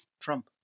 Trump